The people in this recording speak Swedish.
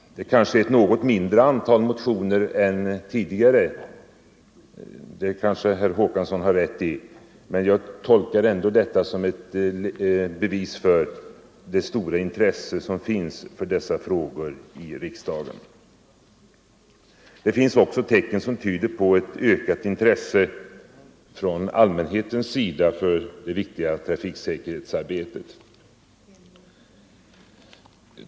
Antalet motioner är kanske något mindre än tidigare, det har nog herr Håkansson i Rönneberga rätt i, men jag tolkar ändå detta som ett bevis för det stora intresse som finns i riksdagen för dessa frågor. Det finns också tecken som tyder på ett ökat intresse från allmänhetens sida för det viktiga trafiksäkerhetsarbetet.